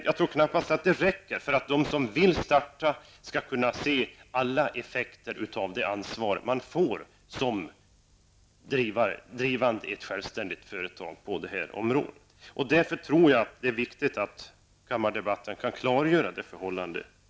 Jag tror knappast att det räcker föt att de som vill starta sådan verksamhet skall kunna se alla effekter av det ansvar man får när man driver ett självständigt företag på det här området. Därför tror jag att det är viktigt att kammardebatten ytterligare kan klargöra detta förhållande.